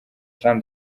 jean